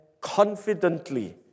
confidently